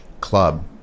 Club